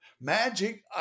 Magic